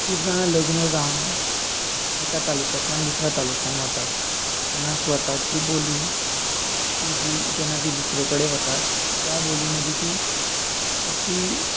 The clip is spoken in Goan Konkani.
खूब जाणां लग्न जावन एका तालुक्यांतल्यान दुसऱ्या तालुक्यान वतात तेन्ना स्वताची बोली ती जी जेन्ना ती दुसरे कडेन वतात त्या बोली मदीं ती ताची